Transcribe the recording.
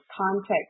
context